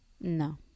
No